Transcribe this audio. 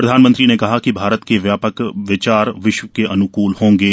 प्रधानमंत्री ने कहा कि भारत के व्यापक विचार विश्व के अन्कूल होंगे